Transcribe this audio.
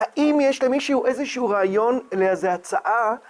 האם יש למישהו איזה שהוא רעיון לאיזה הצעה?